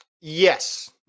Yes